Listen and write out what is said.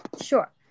Sure